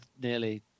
nearly